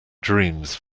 dreams